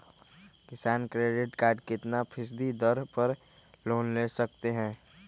किसान credit card कितना फीसदी दर पर लोन ले सकते हैं?